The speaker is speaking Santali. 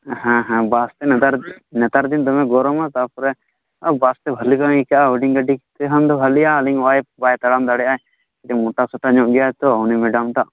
ᱦᱮᱸ ᱦᱮᱸ ᱵᱟᱥ ᱴᱮ ᱱᱮᱛᱟᱨ ᱱᱮᱛᱟᱨ ᱫᱤᱱ ᱫᱚᱢᱮ ᱜᱚᱨᱚᱢᱟ ᱛᱟᱯᱚᱨᱮ ᱵᱟᱥ ᱛᱮ ᱵᱷᱟᱞᱮ ᱵᱟᱝ ᱤᱭᱠᱟᱹᱜᱼᱟ ᱦᱩᱰᱤᱧ ᱜᱟᱹᱰᱤ ᱛᱮᱠᱷᱟᱱ ᱫᱚ ᱵᱷᱟᱹᱞᱤᱜᱼᱟ ᱟᱹᱞᱤᱧ ᱣᱭᱟᱭᱤᱯ ᱵᱟᱭ ᱛᱟᱲᱟᱢ ᱫᱟᱲᱮᱜᱼᱟ ᱢᱚᱴᱟ ᱥᱚᱴᱟ ᱧᱚᱜ ᱜᱮᱭᱟᱭ ᱛᱚ ᱩᱱᱤ ᱢᱮᱰᱟᱢ ᱴᱟᱜ